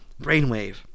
Brainwave